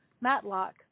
Matlock